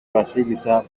βασίλισσα